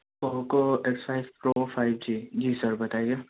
Poco X five Pro five G جی sir بتائیے